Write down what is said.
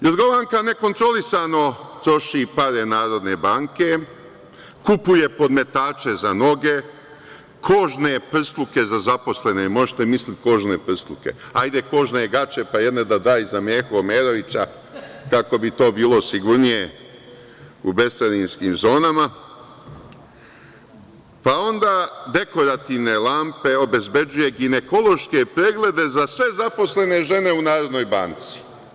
Jorgovanka nekontrolisano troši pare Narodne banke, kupuje podmetače za noge, kožne prsluke za zaposlene, možete misliti kožne prsluke, ajde kožne gaće, pa jedne da da i za Mehu Omerovića, kako bi to bilo sigurnije u bescarinskim zonama, pa onda dekorativne lampe, obezbeđuje ginekološke preglede za sve zaposlene žene u Narodnoj banci.